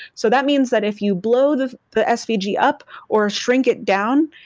so that means that if you blow the the svg up or shrink it down,